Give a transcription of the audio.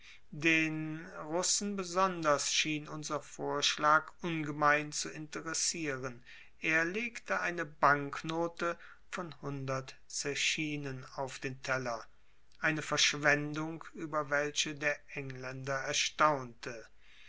den russen besonders schien unser vorschlag ungemein zu interessieren er legte eine banknote von hundert zechinen auf den teller eine verschwendung über welche der engländer erstaunte